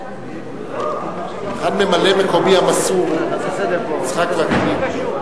ממלא-מקומי המסור יצחק וקנין?